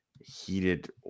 heated